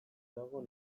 dago